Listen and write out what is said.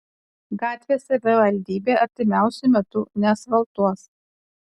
gatvės savivaldybė artimiausiu metu neasfaltuos